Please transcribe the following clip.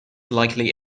likely